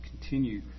continue